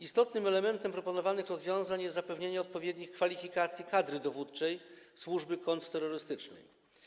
Istotnym elementem proponowanych rozwiązań jest zapewnienie odpowiednich kwalifikacji kadry dowódczej służby kontrterrorystycznej.